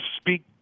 speak